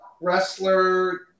Wrestler